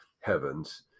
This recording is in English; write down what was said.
heavens